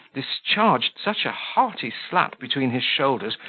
discharged such a hearty slap between his shoulders,